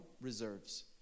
reserves